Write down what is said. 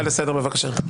גלעד, הצעה לסדר בבקשה.